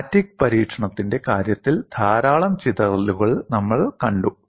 fatigue പരീക്ഷണത്തിന്റെ കാര്യത്തിൽ ധാരാളം ചിതറലുകൾ നമ്മൾ കണ്ടു